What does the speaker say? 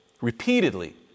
Repeatedly